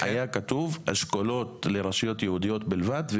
היה כתוב אשכולות לרשויות יהודיות בלבד.